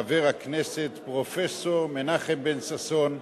חבר הכנסת פרופסור מנחם בן-ששון,